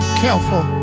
careful